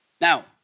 Now